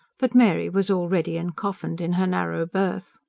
but mary was already encoffined in her narrow berth.